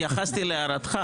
אני התייחסתי להערתך,